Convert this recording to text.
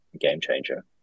game-changer